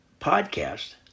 podcast